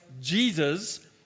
Jesus